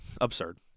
absurd